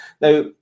Now